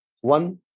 one